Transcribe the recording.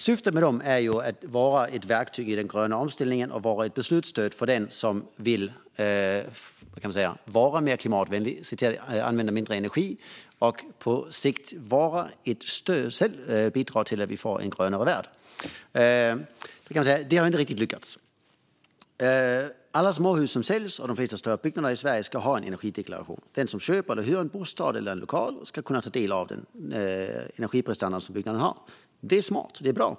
Syftet med dem är att de ska vara ett verktyg i den gröna omställningen och ett beslutsstöd för den som vill vara mer klimatvänlig och använda mindre energi och på sikt bidra till att vi får en grönare väld. Det har inte riktigt lyckats. Alla småhus som säljs och de flesta större byggnader i Sverige ska ha en energideklaration. Den som köper eller hyr en bostad eller en lokal ska kunna ta del av energiprestandan som byggnaden har. Det är smart och bra.